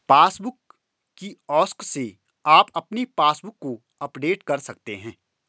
passbook kiosk से आप अपने पासबुक को अपडेट कर सकते हैं